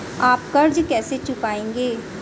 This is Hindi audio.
आप कर्ज कैसे चुकाएंगे?